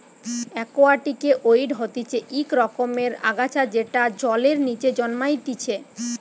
একুয়াটিকে ওয়িড হতিছে ইক রকমের আগাছা যেটা জলের নিচে জন্মাইতিছে